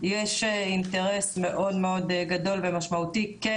יש אינטרס מאוד-מאוד גדול ומשמעותי כן